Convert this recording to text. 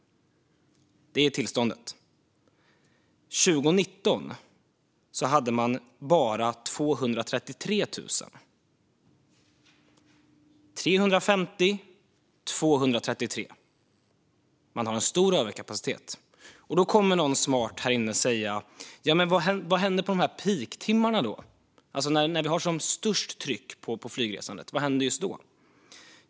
Det är tillståndet. År 2019 hade man bara 233 000 rörelser. Man har alltså tillstånd för 350 000 men 233 000 rörelser. Man har en stor överkapacitet. Nu kommer någon smart här inne att fråga: Men vad händer på peaktimmarna, alltså när det är som störst tryck på flygresandet? Vad händer då?